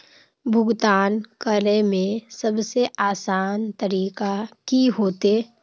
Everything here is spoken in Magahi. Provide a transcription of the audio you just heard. भुगतान करे में सबसे आसान तरीका की होते?